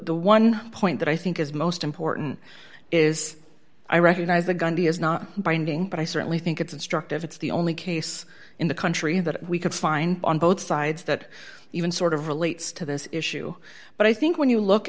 the one point that i think is most important is i recognize the gandhi is not binding but i certainly think it's instructive it's the only case in the country that we could find on both sides that even sort of relates to this issue but i think when you look